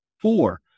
Four